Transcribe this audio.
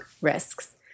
risks